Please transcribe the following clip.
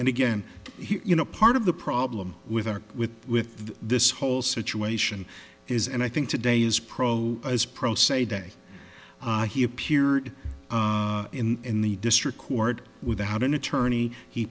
and again you know part of the problem with arc with with this whole situation is and i think today is pro as pro se day he appeared in the district court without an attorney he